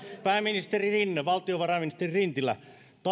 pääministeri rinne valtiovarainministeri lintilä